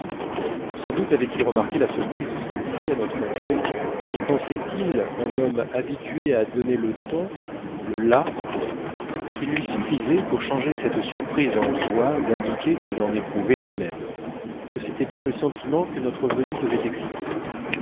sans doute avait-il remarqué la surprise de celle-ci à notre entrée et pensait-il en homme habitué à donner le ton le la qu'il lui suffisait pour changer cette surprise en joie d'indiquer qu'il en éprouvait lui-même que c'était bien le sentiment que notre venue devait exciter